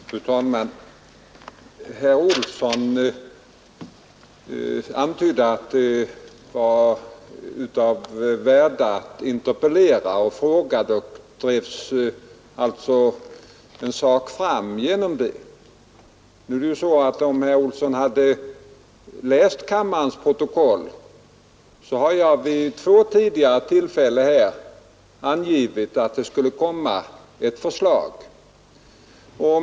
Fru talman! Herr Olsson i Stockholm antydde att det var av värde att interpellera och ställa frågor. Därigenom kunde en sak drivas fram. Men om herr Olsson hade läst kammarens protokoll, hade han funnit att jag i det här fallet vid två tidigare tillfällen angivit att ett förslag skulle komma.